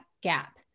gap